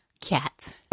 Cats